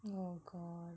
oh my god